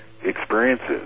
Experiences